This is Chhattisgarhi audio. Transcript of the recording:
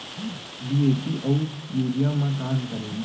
डी.ए.पी अऊ यूरिया म का अंतर हे?